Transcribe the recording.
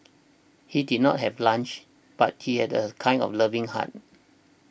he did not have lunch but he had a kind of loving heart